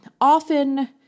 often